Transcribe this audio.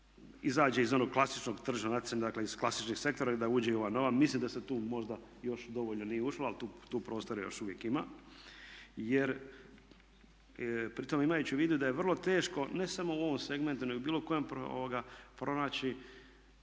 iz onog klasičnog tržnog natjecanja, dakle iz klasičnih sektora i da uđe u ova nova. Mislim da se tu možda još dovoljno nije ušlo ali tu prostora još uvijek ima. Jer pri tome imajući u vidu da je vrlo teško ne samo u ovom segmentu nego bilo kojem pronaći